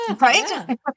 Right